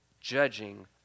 judging